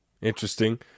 Interesting